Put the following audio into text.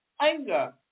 anger